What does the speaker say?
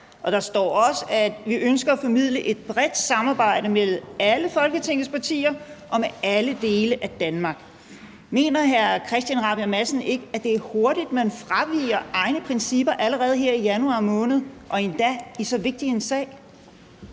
Der står også: »Vi ønsker at formidle et bredt samarbejde med alle Folketingets partier og med alle dele af Danmark ...«. Mener hr. Christian Rabjerg Madsen ikke, at det er hurtigt, man fraviger egne principper, når man gør det allerede her i januar måned og endda i så vigtig en sag?